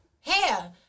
hair